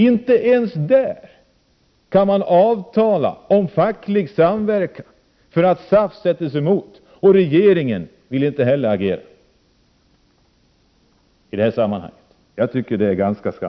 Inte ens där kan man avtala om facklig samverkan därför att SAF sätter sig emot, och regeringen vill inte heller agera i det här sammanhanget. Jag tycker det är skandalöst.